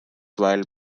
while